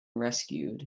rescued